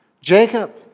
Jacob